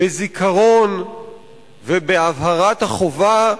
בזיכרון ובהבהרת החובה: